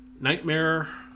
Nightmare